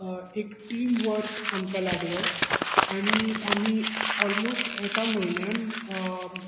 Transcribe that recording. एक team work आमकां लागलो आनी आमी ऑलमोस्ट एका म्हयन्यांत